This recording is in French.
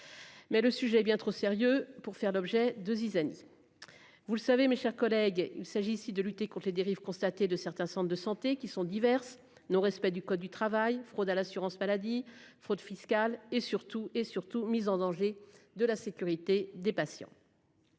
Mais le sujet bien trop sérieux pour faire l'objet de zizanie. Vous le savez, mes chers collègues. Il s'agit ici de lutter contres les dérives constatées de certains centres de santé qui sont diverses. Non respect du code du travail fraude à l'assurance maladie, fraude fiscale et surtout et surtout, mise en danger de la sécurité des patients.